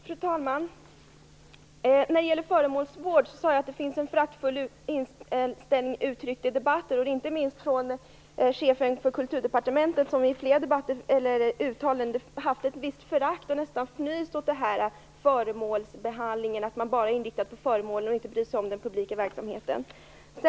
Fru talman! När det gäller föremålsvård sade jag att det finns en föraktfull inställning uttryckt i debatten, inte minst från chefen för Kulturdepartementet, som i flera uttalanden haft ett visst förakt och nästan fnyst åt föremålsbehandlingen, att man bara är inriktad på föremålen och inte bryr sig om den publika verksamheten.